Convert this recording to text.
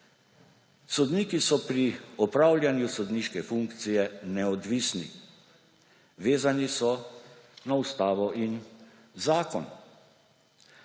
»Sodniki so pri opravljanju sodniške funkcije neodvisni. Vezani so na ustavo in zakon.«